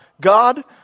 God